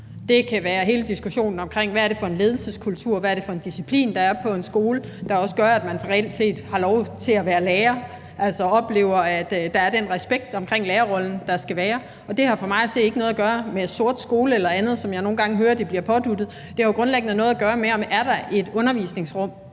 Det kan være hele diskussionen omkring, hvad det er for en ledelseskultur, og hvad det er for en disciplin, der er på en skole, der også gør, at man reelt set har lov til at være lærer, altså oplever, at der er den respekt omkring lærerrollen, der skal være. Og det har for mig at se ikke noget at gøre med sort skole eller andet, som jeg nogle gange hører det bliver påduttet. Det har grundlæggende noget at gøre med, om der er et undervisningsrum